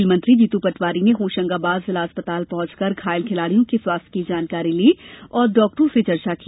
खेल मंत्री जीतू पटवारी ने होशंगाबाद जिला चिकित्सालय पहुंचकर घायल खिलाड़ियों के स्वास्थ्य की जानकारी ली और चिकित्सकों से चर्चा की